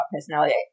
personality